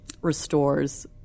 Restore's